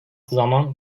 zaman